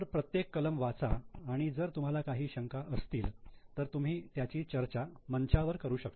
तर प्रत्येक कलम वाचा आणि जर तुम्हाला काही शंका असतील तर तुम्ही त्यांची चर्चा मंचावर करू शकता